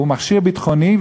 הוא מכשיר ביטחוני,